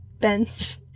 Bench